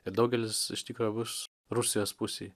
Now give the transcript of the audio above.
ir daugelis iš tikro bus rusijos pusėj